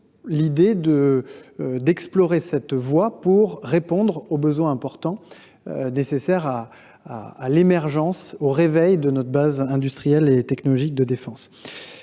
l’idée d’explorer cette voie pour répondre aux besoins importants nécessaires à l’émergence ou au réveil de notre base industrielle et technologique de défense.